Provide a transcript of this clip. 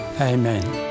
Amen